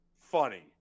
funny